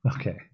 Okay